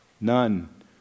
none